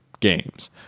games